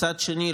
מצד שני,